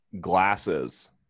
glasses –